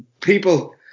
people